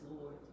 Lord